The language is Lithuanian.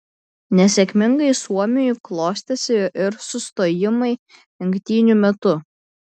nesėkmingai suomiui klostėsi ir sustojimai lenktynių metu